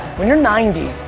when you're ninety,